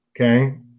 Okay